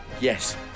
Yes